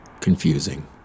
confusing